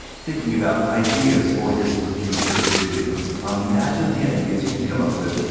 thinking about ideas for his future videos. imagine the ideas you'd come up with,